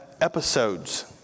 episodes